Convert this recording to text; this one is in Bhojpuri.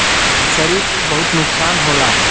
शरीर पे बहुत नुकसान होला